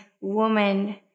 woman